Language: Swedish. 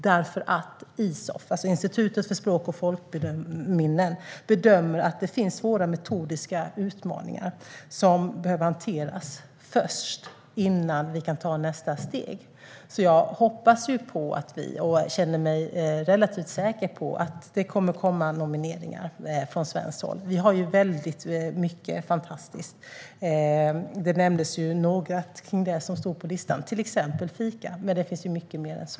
Isof, det vill säga Institutet för språk och folkminnen, bedömer att det finns svåra metodiska utmaningar som behöver hanteras innan vi kan ta nästa steg. Jag hoppas och känner mig relativt säker på att det kommer att komma nomineringar från svenskt håll. Vi har mycket som är fantastiskt. Några exempel som står på listan nämndes, till exempel fika, men det finns mycket mer än så.